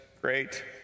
great